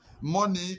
Money